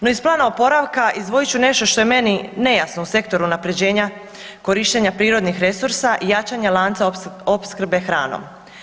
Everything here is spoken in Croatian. No iz plana oporavka izdvojit ću nešto što je meni nejasno u Sektoru unaprjeđenja korištenja prirodnih resursa i jačanja lanca opskrbe hranom.